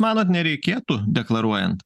manot nereikėtų deklaruojant